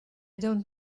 don’t